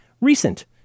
recent